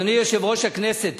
אדוני יושב-ראש הכנסת,